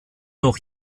noch